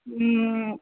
ಹ್ಞೂ